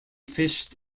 fished